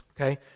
Okay